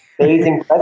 amazing